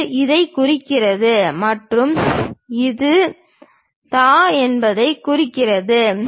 இது இதைக் குறிக்கிறது மற்றும் இது தா என்பதைக் குறிக்கிறது